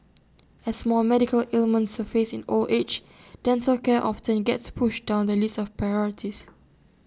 as more medical ailments surface in old age dental care often gets pushed down the list of priorities